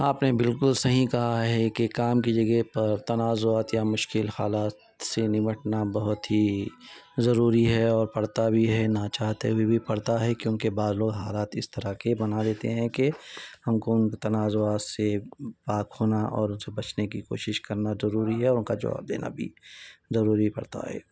آپ نے بالکل صحیح کہا ہے کہ کام کی جگہ پر تنازعات یا مشکل حالات سے نمٹنا بہت ہی ضروری ہے اور پڑتا بھی ہے نہ چاہتے ہوئے بھی پڑتا ہے کیوں کہ بعض لوگ حالات اس طرح کے بنا لیتے ہیں کہ ہم کو ان تنازعات سے پاک ہونا اور اس سے بچنے کی کوشش کرنا ضروری ہے اوروں کا جواب دینا بھی ضروری پڑتا ہے